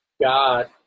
God